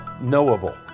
knowable